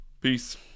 Peace